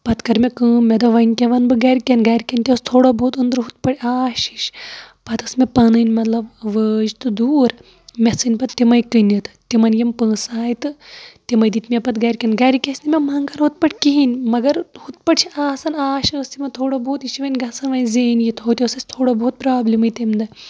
پَتہٕ کٔر مےٚ کٲم مےٚ دوٚپ وۄنۍ کیاہ وَنہٕ بہٕ گرِکٮ۪ن گرکٮ۪ن تہِ اوس تھوڑا بہت انٛدرٕ ہُتھ پٲٹھۍ آش ہِش پَتہٕ ٲسۍ مےٚ پَنٕنۍ مطلب وٲجۍ تہٕ دوٗر مےٚ ژھٕنۍ پَتہٕ تِمَے کٕنِتھ تِمن یِم پونٛسہٕ آیہِ تہٕ تِمَے دِتھ مےٚ پَتہٕ گرِکٮ۪ن گرِکۍ ٲسۍ نہٕ مےٚ مَنگان ہُتھ پٲٹھۍ کِہینۍ مَگر ہُتھ پٲٹھۍ چھِ آسان آش ٲسۍ تِمن تھوڑا بہت یہِ چھِ وۄنۍ گژھان وۄنۍ زینہِ یہِ ہُتہِ ٲسۍ اسہِ تھوڑا بہت پرابلِمٕے تَمہِ دۄہ